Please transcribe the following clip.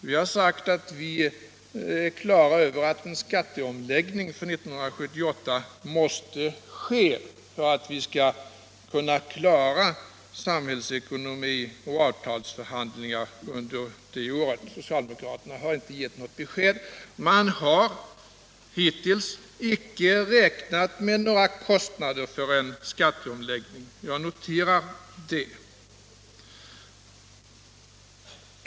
Vi har sagt att vi är klara över att en skatteomläggning för 1978 måste ske för att vi skall kunna klara samhällsekonomi och avtalsförhandlingar under det året. Socialdemokraterna har inte gett något besked. Men de har hittills inte räknat med några kostnader för en skatteomläggning. Jag noterar det.